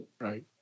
Right